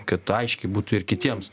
kad aiški būtų ir kitiems